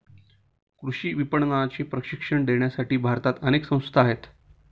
कृषी विपणनाचे प्रशिक्षण देण्यासाठी भारतात अनेक संस्था आहेत